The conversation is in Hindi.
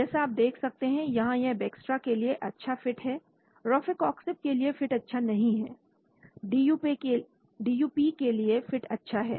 जैसा आप देख सकते हैं यहां यह Bextra के लिए अच्छा फिट है रोफैकॉक्सिब के लिए फिट अच्छा नहीं है DuP के लिए फिट ठीक है